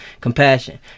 compassion